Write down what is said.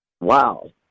Wow